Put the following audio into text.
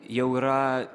jau yra